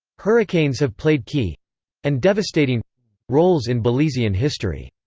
hurricanes have played key and devastating roles in belizean history.